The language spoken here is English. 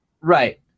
Right